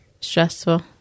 stressful